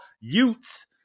Utes